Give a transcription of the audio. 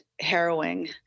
harrowing